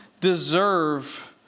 deserve